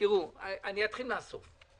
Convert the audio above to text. אתחיל מהסוף.